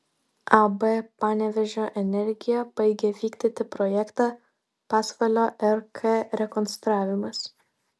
ab panevėžio energija baigia vykdyti projektą pasvalio rk rekonstravimas